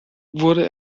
wurde